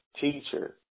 teacher